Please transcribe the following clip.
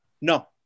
no